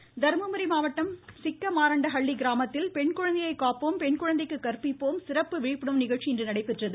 இருவரி தர்மபுரி தர்மபுரி மாவட்டம் சிக்க மாரண்டஹள்ளி கிராமத்தில் பெண்குழந்தையை காப்போம் பெண்குழந்தைக்கு கற்பிப்போம் சிறப்பு விழிப்புணர்வு நிகழ்ச்சி இன்று நடைபெற்றது